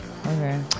Okay